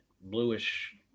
bluish